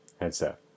headset